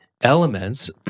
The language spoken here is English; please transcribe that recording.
elements